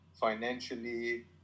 financially